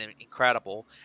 incredible